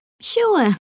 sure